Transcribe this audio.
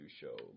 show